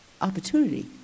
opportunity